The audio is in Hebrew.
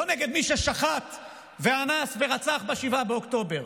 לא נגד מי ששחט ואנס ורצח ב-7 באוקטובר,